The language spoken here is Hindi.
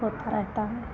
होता रहता है